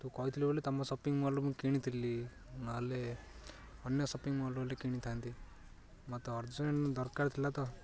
ତୁ କହିଥିଲୁ ବୋଲି ତମ ସପିଂ ମଲ୍ରୁ ମୁଁ କିଣିଥିଲି ନହେଲେ ଅନ୍ୟ ସପିଂ ମଲ୍ରୁ ବୋଲି କିଣିଥାନ୍ତି ମୋତେ ଅର୍ଜେଣ୍ଟ୍ ଦରକାର ଥିଲା ତ